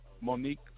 Monique